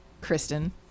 Kristen